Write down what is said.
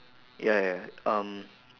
ya ya um